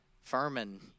Furman